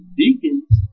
deacons